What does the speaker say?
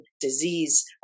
disease